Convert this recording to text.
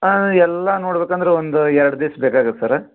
ಹಾಂ ಎಲ್ಲ ನೋಡಬೇಕಂದ್ರೆ ಒಂದು ಎರಡು ದಿವ್ಸ ಬೇಕಾಗತ್ತೆ ಸರ